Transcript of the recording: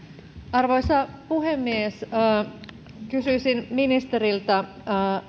arvoisa puhemies kysyisin ministeriltä